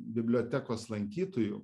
bibliotekos lankytojų